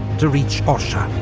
to reach orsha.